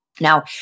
Now